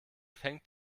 fängt